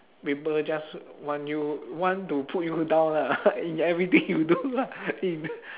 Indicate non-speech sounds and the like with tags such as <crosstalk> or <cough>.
people just want you want to put you down lah <laughs> in everything you do lah in